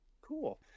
Cool